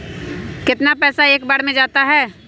कितना पैसा एक बार में जाता है?